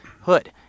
hood